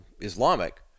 Islamic